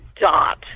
dot